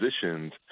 positions